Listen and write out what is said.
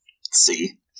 See